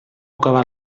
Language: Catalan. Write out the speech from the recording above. acabà